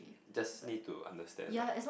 just need to understand like